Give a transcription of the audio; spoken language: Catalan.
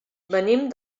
venim